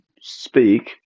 speak